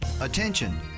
Attention